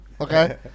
Okay